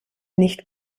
nicht